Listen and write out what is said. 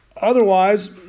Otherwise